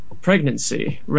pregnancy